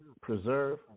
preserve